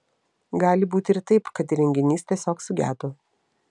gali būti ir taip kad įrenginys tiesiog sugedo